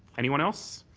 anyone else?